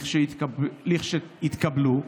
כשיתקבלו,